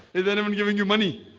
is anyone giving you money?